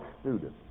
student